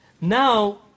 Now